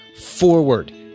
forward